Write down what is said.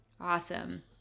Awesome